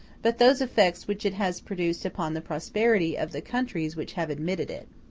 but those effects which it has produced upon the prosperity of the countries which have admitted it.